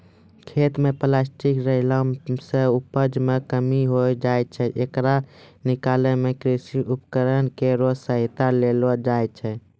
खेत म प्लास्टिक रहला सें उपज मे कमी होय जाय छै, येकरा निकालै मे कृषि उपकरण केरो सहायता लेलो जाय छै